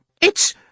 It's